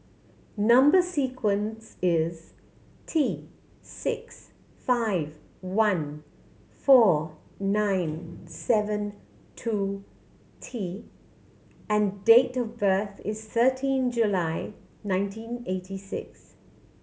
number sequence is T six five one four nine seven two T and date of birth is thirteen July nineteen eighty six